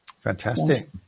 Fantastic